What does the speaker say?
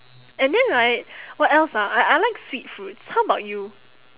and then right what else ah I I like sweet fruits how about you